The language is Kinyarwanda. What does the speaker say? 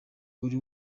buri